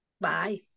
Bye